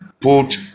put